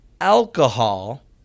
alcohol